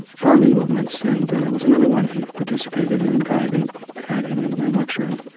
farming movements and and that was another one he participated in, guiding guiding and and and lecturing.